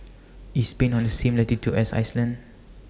IS Spain on The same latitude as Iceland